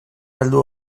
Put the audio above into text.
heldu